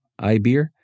Iber